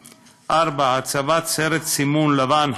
4. הצבת סרט סימון לבן,